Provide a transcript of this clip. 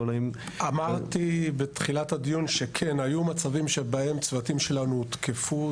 אמרתי בתחילת הדיון שכן היו מצבים שבהם צוותים שלנו הותקפו.